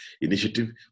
initiative